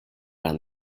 down